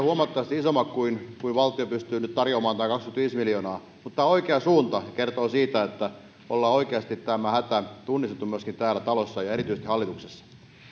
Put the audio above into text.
huomattavasti isommat kuin mitä valtio pystyy nyt tarjoamaan tämä kaksikymmentäviisi miljoonaa mutta tämä on oikea suunta ja kertoo siitä että ollaan oikeasti tämä hätä tunnistettu myöskin täällä talossa ja erityisesti hallituksessa